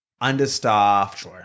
understaffed